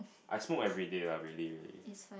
I smoke everyday lah really really